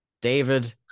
David